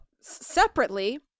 separately